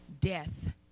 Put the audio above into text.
death